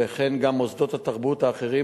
וכן מוסדות התרבות האחרים,